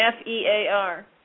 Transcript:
F-E-A-R